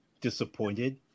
disappointed